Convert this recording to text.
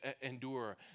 endure